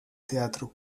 teatro